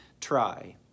try